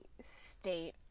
state